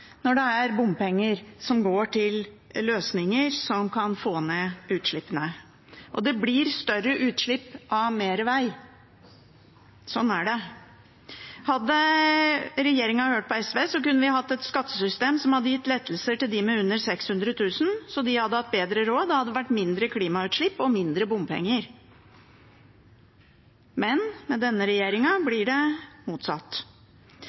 når det er bompenger som går til løsninger som kan få ned utslippene. Og det blir større utslipp av mer veg. Sånn er det. Hadde regjeringen hørt på SV, kunne vi hatt et skattesystem som hadde gitt lettelser til dem med inntekt under 600 000 kr, så de hadde hatt bedre råd. Da hadde det vært mindre klimautslipp og mindre bompenger, men med denne regjeringen blir det motsatt.